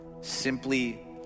simply